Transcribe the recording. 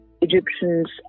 Egyptians